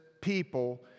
people